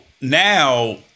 now